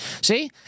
See